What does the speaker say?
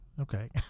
okay